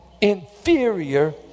inferior